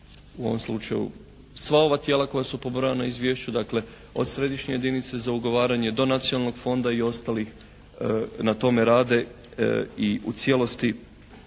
u ovom slučaju sva ova tijela koja su pobrojana u izvješću dakle od središnje jedinice za ugovaranje do nacionalnog fonda i ostalih na tome rade i u cijelosti